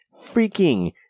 freaking